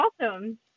awesome